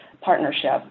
partnership